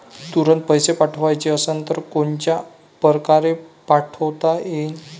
तुरंत पैसे पाठवाचे असन तर कोनच्या परकारे पाठोता येईन?